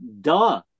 duh